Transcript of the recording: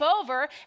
Over